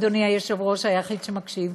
אדוני היושב-ראש, היחיד שמקשיב,